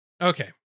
Okay